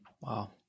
Wow